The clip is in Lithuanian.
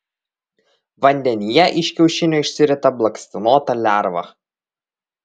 vandenyje iš kiaušinio išsirita blakstienota lerva